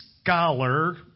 scholar